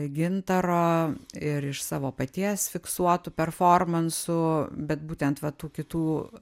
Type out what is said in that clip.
gintaro ir iš savo paties fiksuotų performansų bet būtent va tų kitų